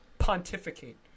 Pontificate